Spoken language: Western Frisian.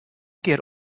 kear